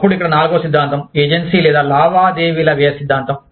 అప్పుడు ఇక్కడ నాల్గవ సిద్ధాంతం ఏజెన్సీ లేదా లావాదేవీల వ్యయ సిద్ధాంతం